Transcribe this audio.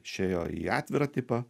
išėjo į atvirą tipą